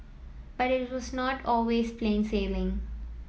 but it was not always plain sailing